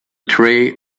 tray